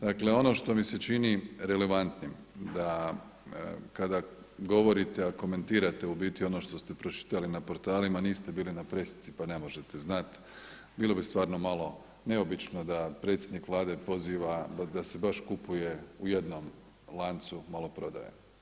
Dakle ono što mi se čini relevantnim da kada govorite a komentirate u biti ono što ste pročitali na portalima a niste bili na pressici pa ne možete znati, bilo bi stvarno malo neobično da predsjednik Vlade poziva, da se baš kupuje u jednom lancu maloprodaje.